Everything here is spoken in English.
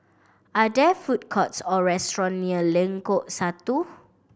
are there food courts or restaurant near Lengkok Satu